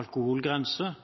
alkoholgrense